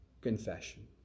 confession